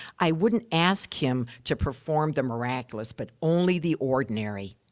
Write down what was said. i wouldn't ask him to perform the miraculous, but only the ordinary.